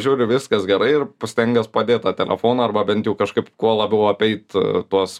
žiūri viskas gerai ir stengies padėt tą telefoną arba bent jau kažkaip kuo labiau apeit tuos